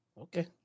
Okay